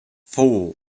four